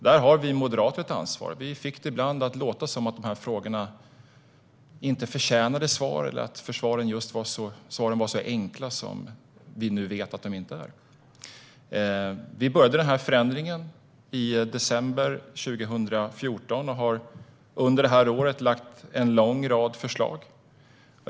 Där har vi moderater ett ansvar - vi fick det ibland att låta som att dessa frågor inte förtjänade svar eller som att svaren var just så enkla som vi nu vet att de inte är. Vi påbörjade förändringen i december 2014 och har under detta år lagt fram en lång rad förslag.